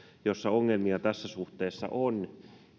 joissa ongelmia tässä suhteessa on